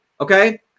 Okay